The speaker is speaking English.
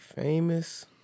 famous